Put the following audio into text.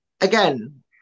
again